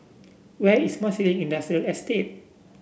where is Marsiling Industrial Estate